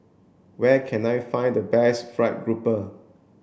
where can I find the best fried grouper